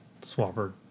swapper